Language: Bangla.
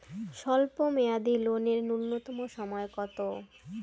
স্বল্প মেয়াদী লোন এর নূন্যতম সময় কতো?